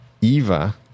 Eva